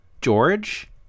George